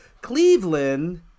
Cleveland